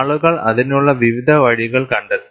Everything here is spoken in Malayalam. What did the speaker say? ആളുകൾ അതിനുള്ള വിവിധ വഴികൾ കണ്ടെത്തി